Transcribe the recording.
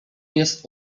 jest